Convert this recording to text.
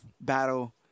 battle